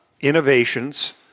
innovations